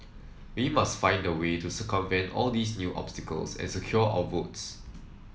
we must find a way to circumvent all these new obstacles and secure our votes